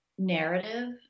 narrative